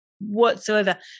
whatsoever